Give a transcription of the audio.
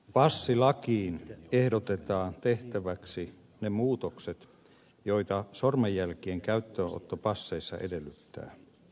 passilakiin ehdotetaan tehtäväksi ne muutokset joita sormenjälkien käyttöönotto passeissa edellyttää